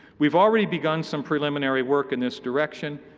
we have already begun some preliminary work in this direction.